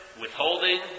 withholding